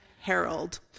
Harold